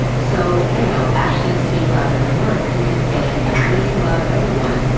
so, you know, actions speak louder than words. you can say, you know, we love everyone.